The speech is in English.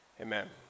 Amen